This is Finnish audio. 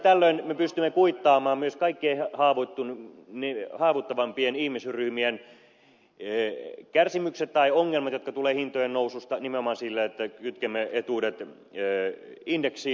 tällöin me pystymme kuittaamaan myös kaikkein haavoittunut miriam on pieni ihmisryhmiä haavoittuvimpien ihmisryhmien ongelmat jotka tulevat hintojen noususta nimenomaan sillä että kytkemme etuudet indeksiin